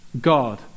God